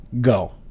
go